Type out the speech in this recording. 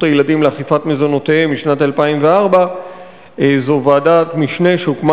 הילדים לאכיפת מזונותיהם משנת 2004. זו ועדת משנה שהוקמה